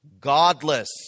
godless